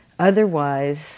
Otherwise